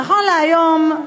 נכון להיום,